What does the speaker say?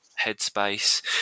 Headspace